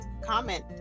comment